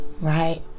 right